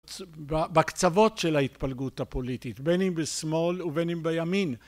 בקצוות של ההתפלגות הפוליטית, בין אם בשמאל ובין אם בימין